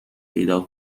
پیدا